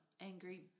angry